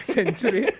Century